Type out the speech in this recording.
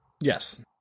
Yes